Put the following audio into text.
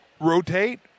rotate